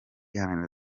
iharanira